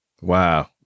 Wow